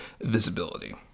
visibility